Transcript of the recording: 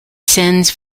sends